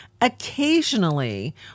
Occasionally